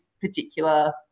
particular